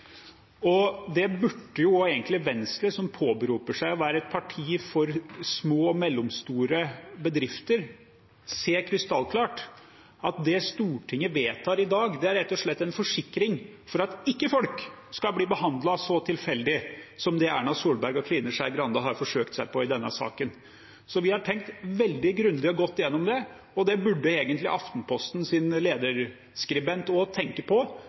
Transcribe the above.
Det burde jo egentlig Venstre, som påberoper seg å være et parti for små og mellomstore bedrifter, se krystallklart: Det Stortinget vedtar i dag, er rett og slett en forsikring for at folk ikke skal bli behandlet så tilfeldig som det Erna Solberg og Trine Skei Grande har forsøkt seg på i denne saken. Så vi har tenkt veldig grundig og godt gjennom det, og det burde egentlig lederskribenten for den såkalt liberalkonservative avisen Aftenposten også tenke på.